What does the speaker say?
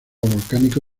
volcánico